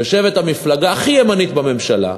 יושבת המפלגה הכי ימנית בממשלה,